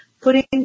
putting